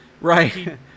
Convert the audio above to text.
Right